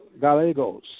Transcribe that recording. Gallegos